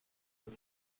les